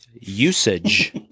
Usage